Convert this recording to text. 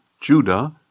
Judah